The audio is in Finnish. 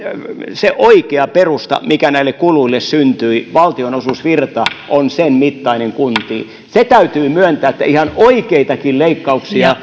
se oikea perusta mikä näille kuluille syntyi että valtionosuusvirta kuntiin on sen mittainen se täytyy myöntää että ihan oikeitakin leikkauksia